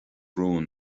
romhainn